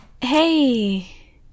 Hey